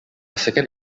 second